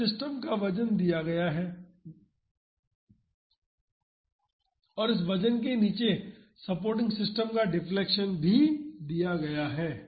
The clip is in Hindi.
तो इस सिस्टम का वजन दिया गया है और इस वजन के नीचे सपोर्टिंग सिस्टम का डिफ्लेक्शन भी दिया गया है